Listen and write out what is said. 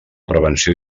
prevenció